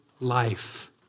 life